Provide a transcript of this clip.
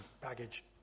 baggage